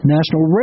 National